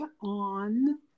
on